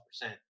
percent